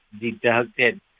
deducted